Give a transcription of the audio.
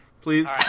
please